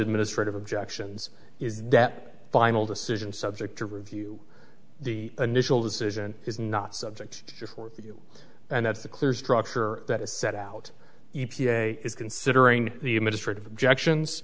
administrative objections is that final decision subject to review the initial decision is not subject to you and that's a clear structure that is set out e p a is considering the administrative objections